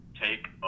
take